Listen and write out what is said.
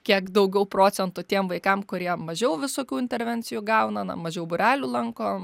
kiek daugiau procentų tiem vaikam kurie mažiau visokių intervencijų gauna na mažiau būrelių lanko